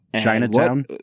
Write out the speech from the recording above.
Chinatown